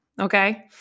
okay